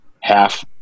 half